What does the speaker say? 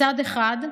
מצד אחד,